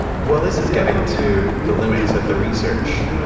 well, this is getting to the limits of the research.